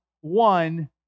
one